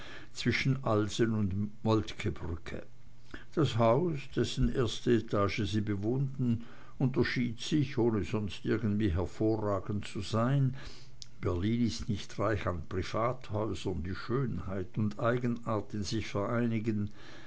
zwischen alsen und moltkebrücke das haus dessen erste etage sie bewohnten unterschied sich ohne sonst irgendwie hervorragend zu sein berlin ist nicht reich an privathäusern die schönheit und eigenart in sich vereinigen